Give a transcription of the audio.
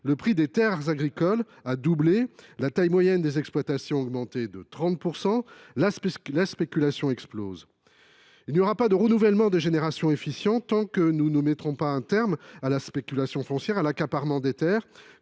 le prix des terres agricoles a doublé ; la taille moyenne des exploitations a augmenté de 30 %; la spéculation explose. Il n’y aura pas de renouvellement des générations efficient tant que nous ne mettrons pas un terme à la spéculation foncière et à l’accaparement des terres,